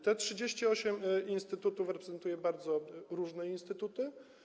Te 38 instytutów reprezentuje bardzo różne instytuty.